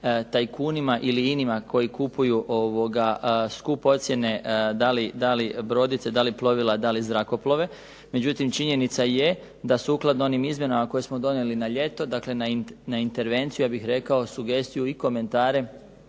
tajkunima ili inima koji kupuju skupocjene da li brodice, da li plovila, da li zrakoplove. Međutim činjenica je da sukladno onim izmjenama koje smo donijeli na ljeto, dakle na intervenciju, ja bih rekao sugestiju i komentare,